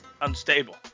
Unstable